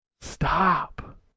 Stop